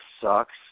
sucks